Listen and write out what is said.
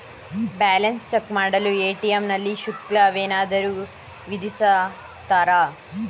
Balance check ಮಾಡಲು ATM ನಲ್ಲಿ ಶುಲ್ಕವೇನಾದರೂ ವಿಧಿಸುತ್ತಾರಾ?